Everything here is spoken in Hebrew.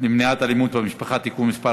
למניעת אלימות במשפחה (תיקון מס'